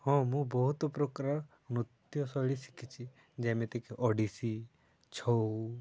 ହଁ ମୁଁ ବହୁତ ପ୍ରକାର ନୃତ୍ୟଶୈଳୀ ଶିଖିଛି ଯେମିତିକି ଓଡ଼ିଶୀ ଛଉ